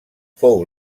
fou